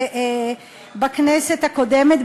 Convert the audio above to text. בכנסת הקודמת,